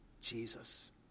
Jesus